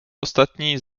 ostatní